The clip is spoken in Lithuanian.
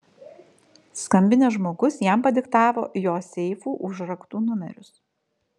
skambinęs žmogus jam padiktavo jo seifų užraktų numerius